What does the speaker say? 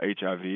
HIV